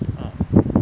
orh